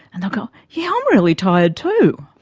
and they'll go, yeah, i'm really tired too.